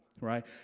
right